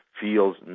feels